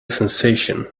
sensation